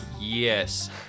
Yes